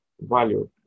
value